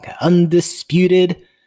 undisputed